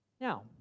Now